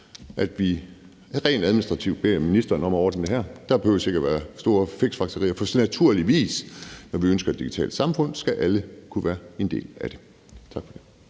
at vi rent administrativt beder ministeren om at ordne det her. Der behøver ikke at være store fiksfakserier, for naturligvis er det sådan, at når vi ønsker et digitalt samfund, skal alle kunne være en del af det. Tak for det.